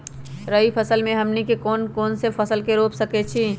रबी फसल में हमनी के कौन कौन से फसल रूप सकैछि?